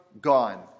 gone